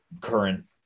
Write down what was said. current